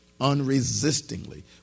Unresistingly